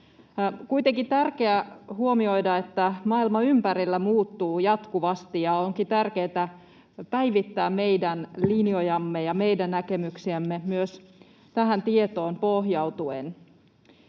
kuitenkin tärkeää huomioida, että maailma ympärillä muuttuu jatkuvasti, ja onkin tärkeää päivittää meidän linjojamme ja meidän näkemyksiämme myös tähän tietoon pohjautuen.